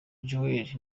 joel